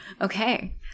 Okay